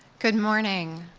good morning.